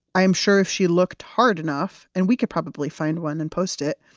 i'm sure if she looked hard enough, and we could probably find one and post it,